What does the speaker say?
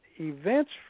Events